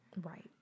Right